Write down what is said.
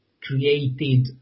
created